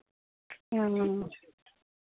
हाँ